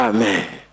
Amen